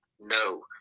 No